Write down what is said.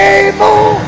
able